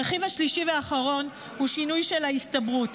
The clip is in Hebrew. הרכיב השלישי והאחרון הוא שינוי של ההסתברות.